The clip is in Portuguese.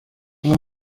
uma